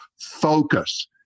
focus